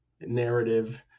narrative